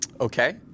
Okay